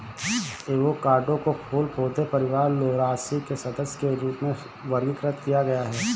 avocado को फूल पौधे परिवार लौरासी के सदस्य के रूप में वर्गीकृत किया गया है